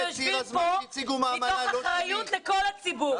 אנחנו יושבים כאן מתוך אחריות לכל הציבור.